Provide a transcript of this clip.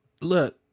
Look